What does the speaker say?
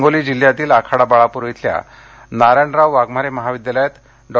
हिंगोली जिल्ह्यातील आखाडा बाळापूर इथल्या नारायणराव वाघमारे महाविद्यालयात डॉ